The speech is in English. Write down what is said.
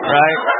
right